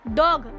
dog